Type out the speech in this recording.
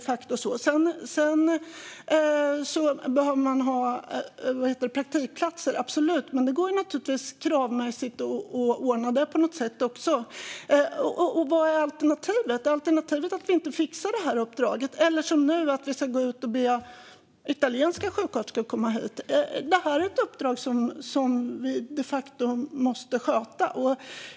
Man behöver absolut ha praktikplatser. Men det går naturligtvis kravmässigt att ordna även det på något sätt. Och vad är alternativet? Alternativet är att vi inte fixar det här uppdraget - eller som nu, att vi ska gå ut och be italienska sjuksköterskor att komma hit. Det här är ett uppdrag som vi de facto måste sköta.